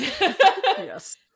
Yes